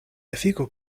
efiko